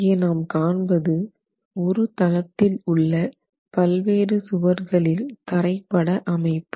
இங்கு நாம் காண்பது ஒரு தளத்தில் உள்ள பல்வேறு சுவர்களில் தரைப்பட அமைப்பு